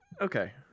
okay